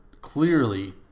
clearly